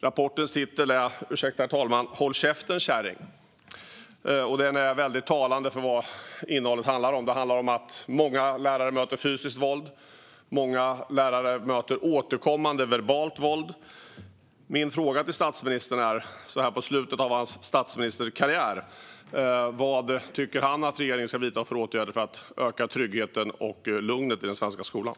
Rapportens titel är - ursäkta, herr talman - "Håll käften kärring" . Den är talande för innehållet, då rapporten handlar om att många lärare möter fysiskt våld och återkommande verbalt våld. Min fråga till statsministern, så här i slutet av hans statsministerkarriär, är vad han tycker att regeringen ska vidta för åtgärder för att öka tryggheten och lugnet i den svenska skolan.